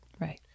Right